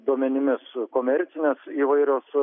duomenimis komercinės įvairios